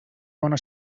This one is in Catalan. bona